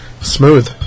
Smooth